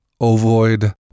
ovoid